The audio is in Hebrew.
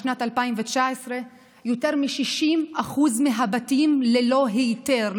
בשנת 2019 יותר מ-60% מהבתים ללא היתר,